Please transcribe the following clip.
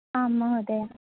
आम् महोदय